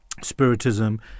spiritism